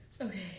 Okay